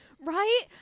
Right